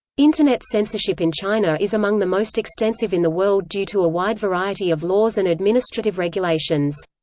internet censorship in china is among the most extensive in the world due to a wide variety of laws and administrative regulations.